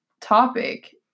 topic